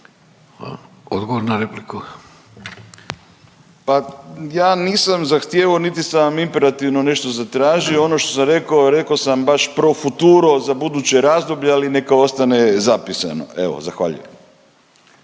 Erik (Nezavisni)** Pa ja nisam zahtijevao niti sam imperativno nešto zatražio. Ono što sam rekao, rekao sam baš pro futuro za buduće razdoblje, ali neka ostane zapisano. Evo zahvaljujem.